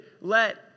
let